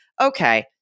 Okay